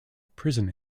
prison